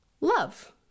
love